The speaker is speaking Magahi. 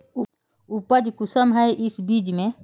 उपज कुंसम है इस बीज में?